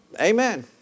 Amen